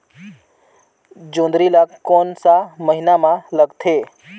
जोंदरी ला कोन सा महीन मां लगथे?